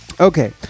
okay